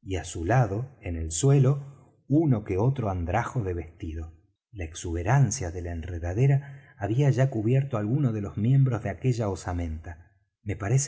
y á su lado en el suelo uno que otro andrajo de vestido la exuberancia de la enredadera había ya cubierto algunos de los miembros de aquella osamenta me parece